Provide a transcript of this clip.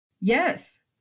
Yes